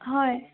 হয়